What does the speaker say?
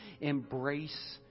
embrace